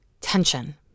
tension